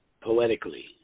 poetically